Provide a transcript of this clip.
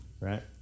Right